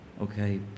Okay